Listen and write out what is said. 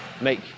make